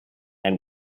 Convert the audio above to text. and